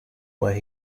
where